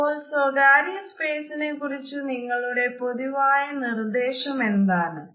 അപ്പോൾ സ്വകാര്യ സ്പേസിനെ കുറിച്ച് നിങ്ങളുടെ പൊതുവായ നിർദേശം എന്താണ്